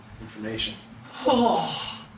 information